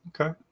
Okay